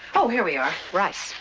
oh, here we are. rice.